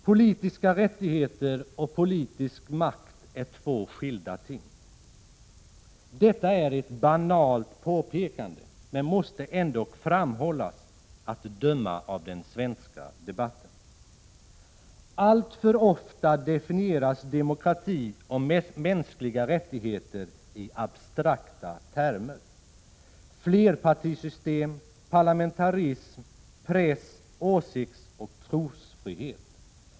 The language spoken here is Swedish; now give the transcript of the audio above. Politiska rättigheter och politisk makt är två skilda ting. Detta är ett banalt påpekande men måste ändock framhållas att döma av den svenska debatten. Alltför ofta definieras demokrati och mänskliga rättigheter i abstrakta termer: flerpartisystem, parlamentarism, press-, åsiktsoch trosfrihet.